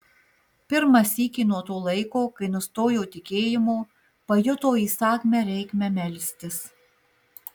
pirmą sykį nuo to laiko kai nustojo tikėjimo pajuto įsakmią reikmę melstis